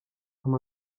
amb